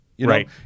right